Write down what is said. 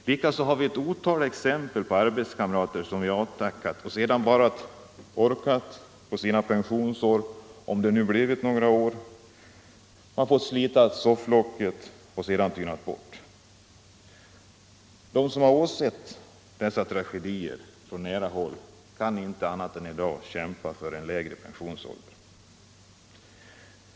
Likaså har vi ett otal exempel på arbetskamrater som under sina pensionsår —- om det nu blivit några år — bara orkat slita sofflocket och sedan tynat bort. De som har åsett dessa tragedier på nära håll kan i dag inte annat än kämpa för en lägre pensionsålder.